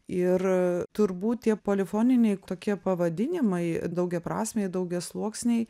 ir turbūt tie polifoniniai tokie pavadinimai daugiaprasmiai daugiasluoksniai